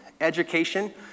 Education